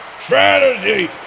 Strategy